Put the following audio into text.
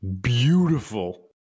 Beautiful